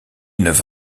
neuf